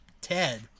Ted